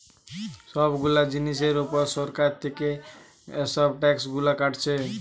সব গুলা জিনিসের উপর সরকার থিকে এসব ট্যাক্স গুলা কাটছে